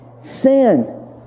sin